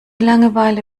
langeweile